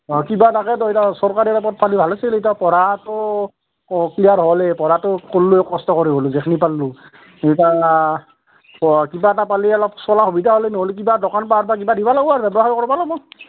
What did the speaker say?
অঁ কিবা তাকে ত' এতিয়া চৰকাৰী এটা পদ পালে ভাল আছিলে এতিয়া পঢ়াটো ক্লিয়াৰ হ'লেই পঢ়াটো কৰিলোৱেই কষ্ট কৰি হ'লেও যিখিনি পাৰিলো কিবা এটা পালে অলপ চলা সুবিধা হ'লে নহ'লে কিবা দোকান পহাৰ বা কিবা দিব লাগিব আৰু কৰিব লাগিব